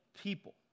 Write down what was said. people